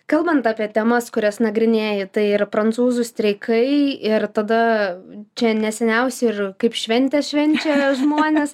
kalbant apie temas kurias nagrinėji tai ir prancūzų streikai ir tada čia neseniausiai ir kaip šventę švenčia žmonės